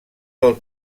del